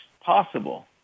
possible